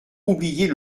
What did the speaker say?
oublier